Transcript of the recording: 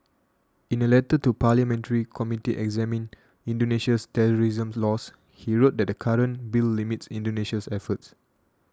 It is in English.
in a letter to parliamentary committee examining Indonesia's terrorism laws he wrote that the current bill limits Indonesia's efforts